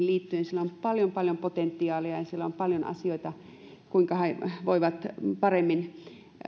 liittyen on paljon paljon potentiaalia ja siellä on paljon asioita sen suhteen kuinka he voivat paremmin